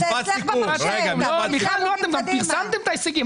מיכל, פרסמתם את ההישגים.